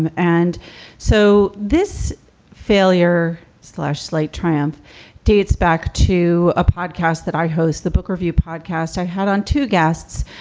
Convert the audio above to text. and and so this failure slash slate triumph dates back to a podcast that i host, the book review podcast i had on two guests,